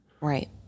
Right